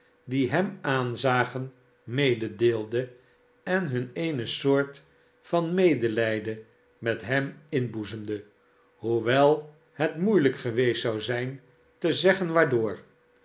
die hem aanzagen mededeelde en hun eene soort van medelijden met hem inboezemde hoewel het moeielijk geweest zou zijn te zeggen waardoor